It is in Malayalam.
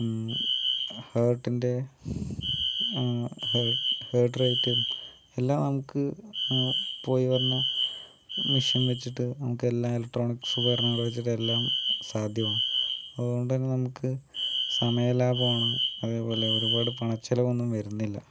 ഹാർട്ടിൻ്റെ ഹാർട്ട് റേറ്റും എല്ലാം നമുക്ക് പോയി വരണ മിഷൻ വെച്ചിട്ട് നമുക്ക് എല്ലാ ഇലക്ട്രോണിക്സ് ഉപകരണങ്ങൾ വെച്ചിട്ട് നമുക്ക് എല്ലാം സാധ്യമാണ് അതുകൊണ്ട് തന്നെ നമുക്ക് സമയലാഭം ആണ് അതേപോലെ ഒരുപാട് പണ ചിലവൊന്നും വരുന്നില്ല